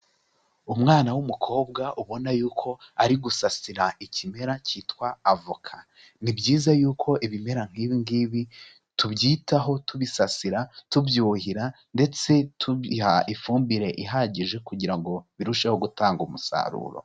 Umwana w'umukobwa ubona y'uko ari gusasira ikimera cyitwa avoka, ni byiza y'uko ibimera nk'ibi ngibi tubyitaho tubisasira, tubyuhira ndetse tubiha ifumbire ihagije kugira ngo birusheho gutanga umusaruro.